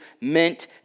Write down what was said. meant